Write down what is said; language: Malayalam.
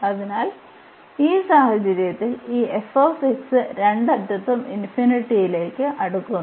അതിനാൽ ഈ സാഹചര്യത്തിൽ ഈ f രണ്ട് അറ്റത്തും ഇൻഫിനിറ്റിയിലേക്ക് അടുക്കുന്നു